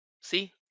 see